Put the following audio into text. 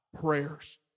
prayers